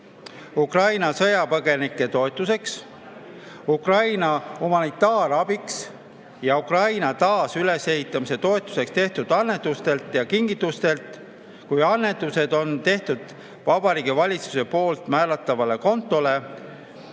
Ukraina sõjapõgenike toetuseks, Ukraina humanitaarabiks ja Ukraina taasülesehitamise toetuseks tehtud annetustelt ja kingitustelt, kui annetused on tehtud Vabariigi Valitsuse poolt määratavatele kontodele